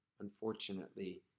unfortunately